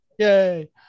Yay